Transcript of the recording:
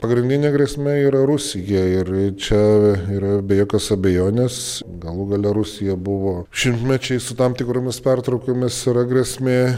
pagrindinė grėsmė yra rusija ir čia yra be jokios abejonės galų gale rusija buvo šimtmečiais su tam tikromis pertraukomis yra grėsmė